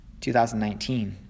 2019